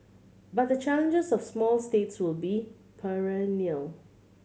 but the challenges of small states will be perennial